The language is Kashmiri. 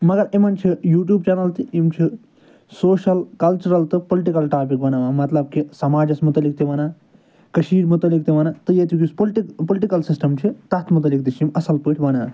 مگر یِمَن چھِ یوٗٹیوٗب چَنَل تہِ یِم چھِ سوشَل کَلچٕرَل تہٕ پُلٹِکَل ٹاپِک بناوان مطلب کہِ سماجَس متعلِق تہِ وَنان کٔشیٖرِ مُتعلِق تہٕ وَنان تہٕ ییٚتیُک یُس پُلٹہِ پُلٹِکَل سِسٹَم چھِ تَتھ مُتعلِق تہِ چھِ یِم اَصٕل پٲٹھۍ وَنان